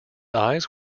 eyes